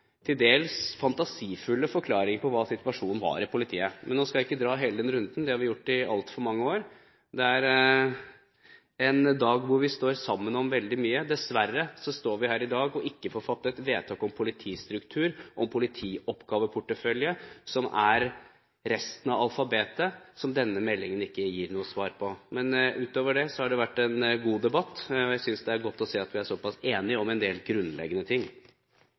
til dels fantasifulle forklaringer på hva situasjonen var i politiet. Men nå skal jeg ikke dra hele den runden, det har vi gjort i altfor mange år. Det er en dag hvor vi står sammen om veldig mye. Dessverre står vi her i dag og får ikke fattet vedtak om politistruktur, om politioppgaveportefølje, som er resten av alfabetet som denne meldingen ikke gir noe svar på. Men utover det har det vært en god debatt. Jeg synes det er godt å se at vi er såpass enige om en del grunnleggende ting.